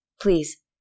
Please